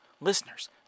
Listeners